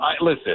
listen